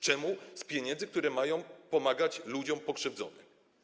Czemu z pieniędzy, które mają pomagać ludziom pokrzywdzonym?